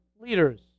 leaders